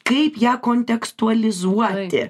kaip ją kontekstualizuoti